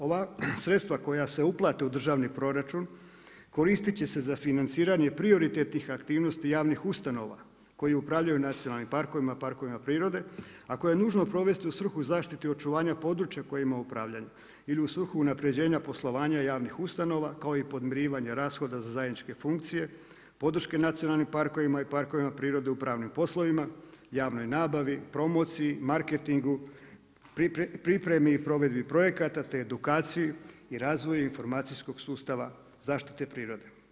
Ova sredstva koja se uplate u državni proračunu koristit će se za financiranje prioritetnih aktivnosti javnih ustanova koje upravljaju nacionalnim parkovima, parkovima prirode, a koje je nužno provesti u svrhu zaštite i očuvanja područja kojima upravljaju ili u svrhu unapređenja poslovanja javnih ustanova kao i podmirivanje rashoda za zajedničke funkcije podrške nacionalnim parkovima i parkovima prirode u pravnim poslovima, javnoj nabavi, promociji, marketingu, pripremi i provedbi projekata te edukaciji i razvoju informacijskog sustava zaštite prirode.